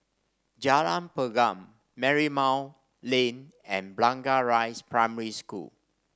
Jalan Pergam Marymount Lane and Blangah Rise Primary School